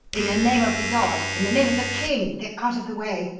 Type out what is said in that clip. in the name of the yard in the name of the king! get out of the way!